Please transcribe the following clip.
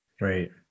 Right